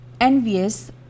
envious